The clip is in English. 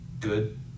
good